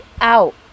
out